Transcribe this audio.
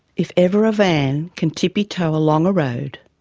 if ever a van can tippy-toe along a road,